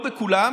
לא בכולם,